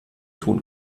tun